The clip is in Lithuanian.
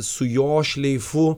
su jo šleifu